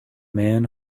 man